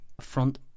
front